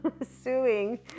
suing